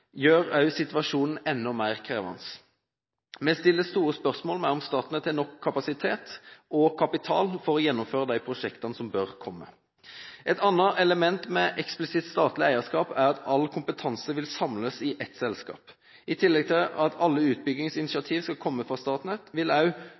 gjør situasjonen enda mer krevende. Vi stiller store spørsmål ved om Statnett har nok kapasitet og kapital til å gjennomføre de prosjektene som bør komme. Et annet aspekt ved eksplisitt statlig eierskap er at all kompetanse vil samles i ett selskap. I tillegg til at alle